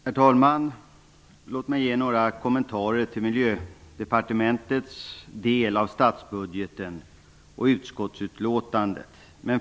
Herr talman! Låt mig ge några kommentarer till Miljödepartementets del av statsbudgeten och utskottsbetänkandet.